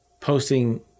posting